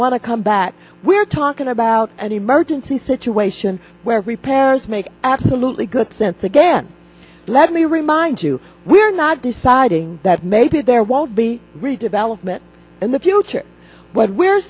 want to come back we're talking about an emergency situation where repairs make absolutely good sense again let me remind you we're not deciding that maybe there won't be redevelopment in the future what we're